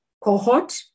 cohort